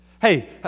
Hey